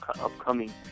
upcoming